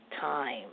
time